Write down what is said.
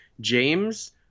James